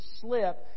slip